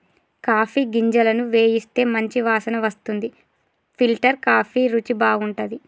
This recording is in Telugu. కాఫీ గింజలను వేయిస్తే మంచి వాసన వస్తుంది ఫిల్టర్ కాఫీ రుచి బాగుంటది